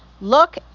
Look